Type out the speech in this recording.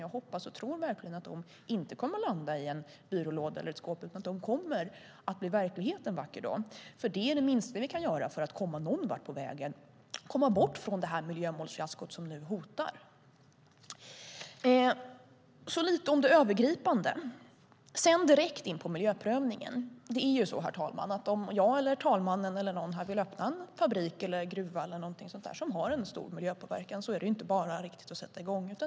Jag hoppas och tror att de inte kommer att landa i en byrålåda eller i ett skåp utan att de kommer att bli verklighet en vacker dag. Det är det minsta vi kan göra för att komma någonvart på vägen, komma bort från miljömålsfiaskot som nu hotar. Jag vill säga lite om det övergripande och sedan gå direkt in på frågan om miljöprövningen. Det är ju så, herr talman, att om jag, talmannen eller någon annan vill öppna en fabrik eller gruva som har en stor miljöpåverkan är det inte bara att sätta i gång.